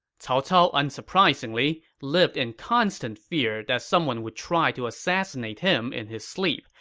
cao cao, unsurprisingly, lived in constant fear that someone would try to assassinate him in his sleep,